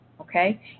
okay